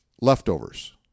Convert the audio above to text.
leftovers